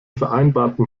vereinbarten